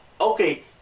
okay